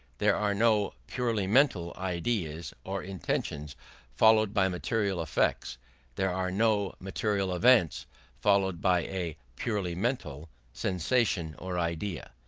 there are no purely mental ideas or intentions followed by material effects there are no material events followed by a purely mental sensation or idea.